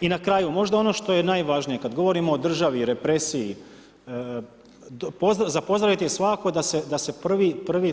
I na kraju, možda ono što je najvažnije, kada govorimo o državi, represiji, za pozdraviti je svakako, da se prvi, prvi